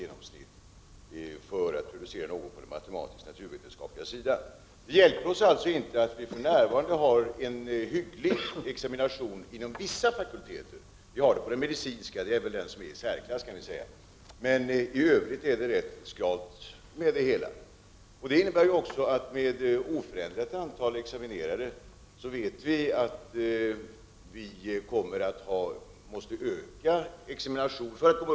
Det tar i genomsnitt 9,5 år på den matematisk-naturvetenskapliga sidan. Det hjälper oss således inte att vi för närvarande har en ganska bra examinationsfrekvens inom vissa fakulteter. Det gäller särskilt de medicinska fakulteterna. I övrigt ser läget inte så bra ut. Antalet examineringar måste öka om vi skall kunna komma upp till samma antal forskarutbildade.